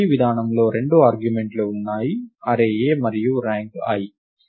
ఈ విధానంలో 2 ఆర్గ్యుమెంట్ లు ఉన్నాయి అర్రే A మరియు ర్యాంక్ i